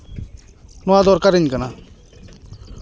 ᱱᱚᱣᱟ ᱫᱚᱨᱠᱟᱨᱤᱧ ᱠᱟᱱᱟ